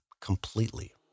completely